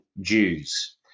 Jews